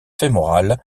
fémorale